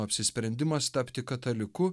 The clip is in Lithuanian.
apsisprendimas tapti kataliku